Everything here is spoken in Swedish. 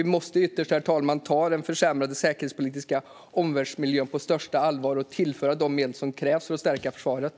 Vi måste ytterst ta den försämrade säkerhetspolitiska omvärldsmiljön på största allvar och tillföra de medel som krävs för att stärka försvaret.